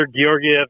Georgiev